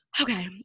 Okay